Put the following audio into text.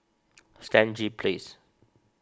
Stangee Place